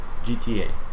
GTA